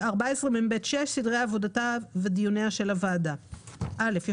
14מב6סדרי עבודתה ודיוניה של הוועדה המייעצת